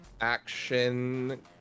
Action